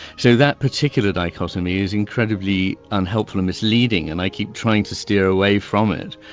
so that particular dichotomy is incredibly unhelpful and misleading and i keep trying to steer away from it,